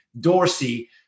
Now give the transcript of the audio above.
Dorsey